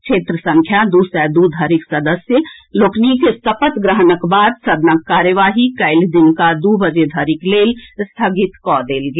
क्षेत्र संख्या दू सय दू धरिक सदस्य लोकनिक सपत ग्रहणक बाद सदनक कार्यवाही काल्हि दिनुका दू बजे धरिक लेल स्थगित कऽ देल गेल